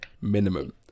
minimum